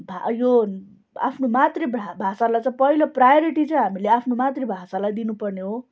यो आफ्नो मातृभाषालाई चाहिँ पहिलो प्रयोरिटी चाहिँ हामीले आफ्नो मातृभाषालाई दिनु पर्ने हो